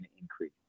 increase